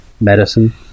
medicine